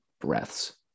breaths